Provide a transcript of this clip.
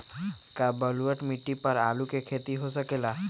का बलूअट मिट्टी पर आलू के खेती हो सकेला?